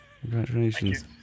Congratulations